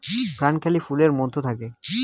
ভ্রূণথলি ফুলের মধ্যে থাকে